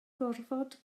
gorfod